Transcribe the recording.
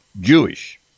Jewish